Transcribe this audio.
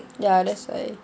ya that's why